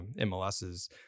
MLS's